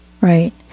right